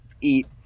eat